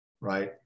right